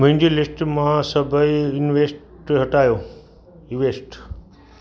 मुंहिंजी लिस्ट मां सभई इंवैस्ट हटायो इवैस्ट